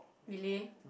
really